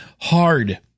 hard